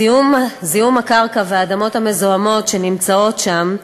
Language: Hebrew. הזיהום, זיהום הקרקע, האדמות המזוהמות שנמצאות שם,